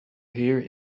here